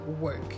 work